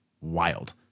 wild